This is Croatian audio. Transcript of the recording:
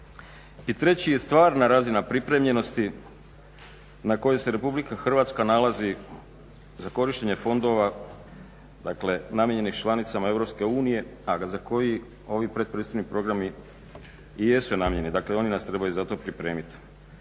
I treći je stvarna razina pripremljenosti na kojoj se Republika Hrvatska nalazi za korištenje fondova namijenjenih članicama Europske unije, a za koji ovi pretpristupni programi i jesu namijenjeni, dakle oni nas trebaju za to pripremit.